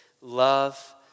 Love